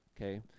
Okay